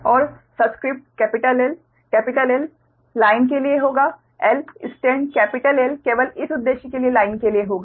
और subscript 'L' capital 'L' line के लिए होगा 'L' स्टैंड कैपिटल L केवल इस उद्देश्य के लिए लाइन के लिए होगा